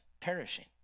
perishing